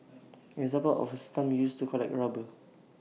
an example of A stump used to collect rubber